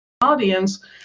audience